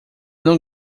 não